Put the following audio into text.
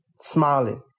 smiling